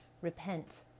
Repent